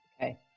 Okay